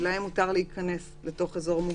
כי לגופי הצלה מותר להיכנס לתוך אזור מוגבל.